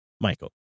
Michael